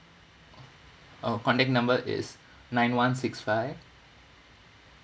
oh contact number is nine one six five